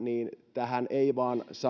tähän ei vain saada parannusta